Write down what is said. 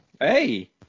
Hey